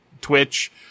Twitch